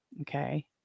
okay